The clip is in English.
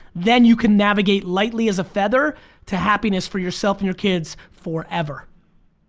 then you can navigate lightly as a feather to happiness for yourself and your kids forever.